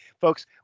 folks